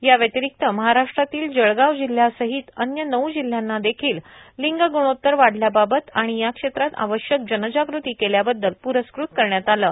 याव्यतिरिक्त महाराष्ट्रातील जळगाव जिल्ह्यासहित अन्य नऊ जिल्ह्यांना देखिल लिंग गुणोत्तर वाढल्याबाबत आणि या क्षेत्रात आवश्यक जनजागृती केल्याबद्दल पुरस्कृत करण्यात आलं आहे